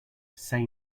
say